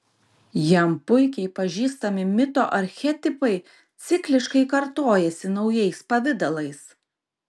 jam puikiai pažįstami mito archetipai cikliškai kartojasi naujais pavidalais